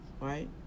right